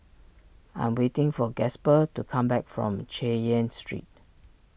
I am waiting for Gasper to come back from Chay Yan Street